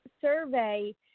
survey